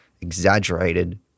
exaggerated